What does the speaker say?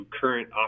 current